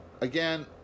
again